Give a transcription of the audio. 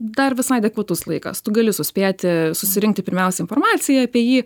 dar visai adekvatus laikas tu gali suspėti susirinkti pirmiausia informaciją apie jį